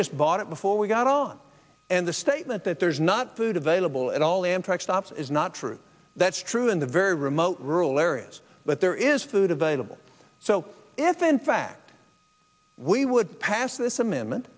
just bought it before we got on and the statement that there's not food available at all amtrak stops is not true that's true in the very remote rural areas but there is food available so if in fact we would pass this amendment